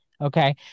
Okay